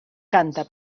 canta